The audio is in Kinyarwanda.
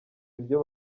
ibyo